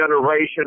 generation